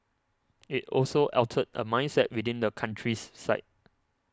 it also altered a mindset within the country's psyche